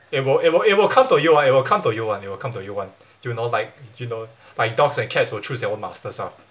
it will it will it will come to you [one] it will come to you [one] it will come to you [one] you know like you know like dogs and cats will choose their own masters lah